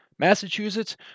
Massachusetts